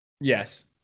Yes